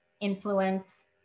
influence